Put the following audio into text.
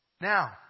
Now